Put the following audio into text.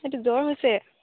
সেইটো জ্বৰ হৈছে